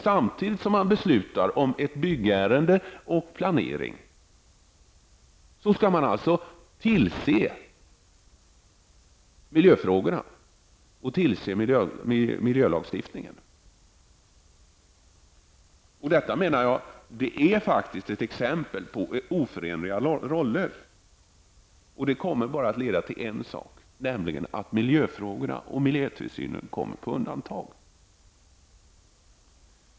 Samtidigt som man beslutar om ett byggärende och om planering skall man alltså tillse miljöfrågorna och miljölagstiftningen. Jag menar att det här är ett exempel på två oförenliga roller. Detta kommer bara att leda till att miljöfrågorna och miljötillsynen kommer på undantag.